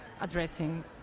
addressing